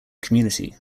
community